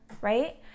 right